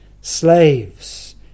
slaves